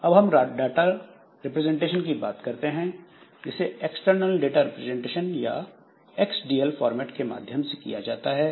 अब हम data representation की बात करते हैं जिसे एक्सटर्नल डाटा रिप्रेजेंटेशन या एक्सडीएल फॉर्मेट के माध्यम से किया जाता है